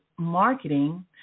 marketing